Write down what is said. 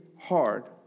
hard